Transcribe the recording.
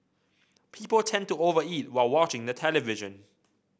people tend to over eat while watching the television